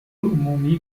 عمومی